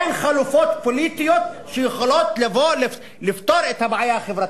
אין חלופות פוליטיות שיכולות לפתור את הבעיה החברתית.